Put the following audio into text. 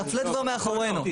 הפלאט כבר מאחורינו.